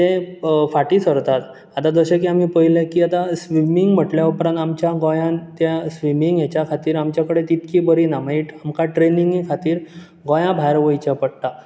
ते फाटी सरतात आतां जशे की आमी पयले की आतां स्विमींग म्हणल्या उपरांत आमच्या गोंयांत त्या स्विमींग हेच्या खातीर आमच्या कडेन तितकी बरी ना मागीर आमकां ट्रेनींगे खातीर गोंयां भायर वयचे पडटा